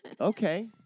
okay